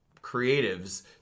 creatives